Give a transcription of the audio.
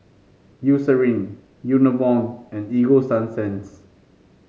Eucerin Enervon and Ego Sunsense